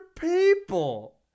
people